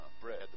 bread